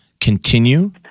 continue